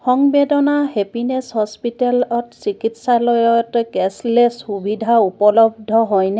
সংবেদনা happiness হস্পিটেলত চিকিৎসালয়ত cashless সুবিধা উপলব্ধ হয়নে